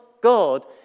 God